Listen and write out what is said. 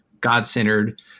god-centered